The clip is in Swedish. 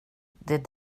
det